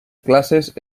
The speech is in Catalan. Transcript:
classes